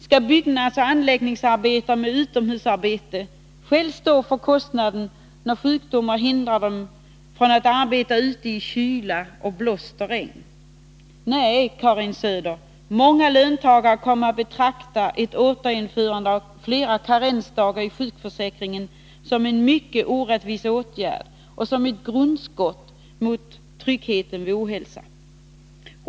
Skall byggnadsoch anläggningsarbetare med utomhusarbete själva stå för kostnaden när sjukdomar hindrar dem att arbeta ute i kyla, blåst och regn? Nej, Karin Söder, många löntagare kommer att betrakta ett återinförande av flera karensdagar i sjukförsäkringen som en mycket orättvis åtgärd och som ett grundskott mot tryggheten vid ohälsa.